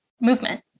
movement